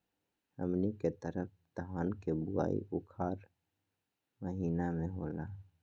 हमनी के तरफ धान के बुवाई उखाड़ महीना में होला